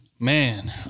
Man